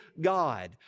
God